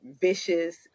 vicious